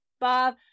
Bob